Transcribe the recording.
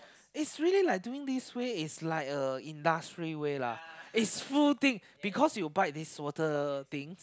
is really like doing this way is like uh industry way lah it's full thing because you bite this water thing